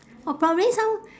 or probably some